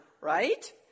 right